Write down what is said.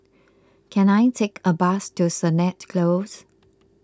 can I take a bus to Sennett Close